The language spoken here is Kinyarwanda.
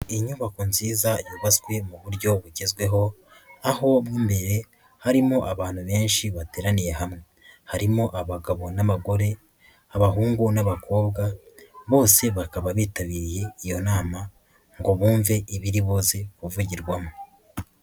Inyubako nziza yubatswe mu buryo bugezweho, aho mo imbere harimo abantu benshi bateraniye hamwe. Harimo abagabo n'abagore, abahungu n'abakobwa, bose bakaba bitabiriye iyo nama ngo bumve ibiri buze kuvugirwamo.